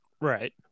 right